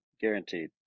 Guaranteed